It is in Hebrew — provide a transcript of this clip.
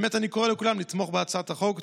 אני קורא לכולם לתמוך בהצעת החוק.